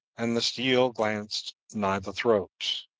and the steel glanced nigh the throat.